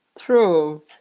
true